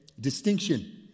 Distinction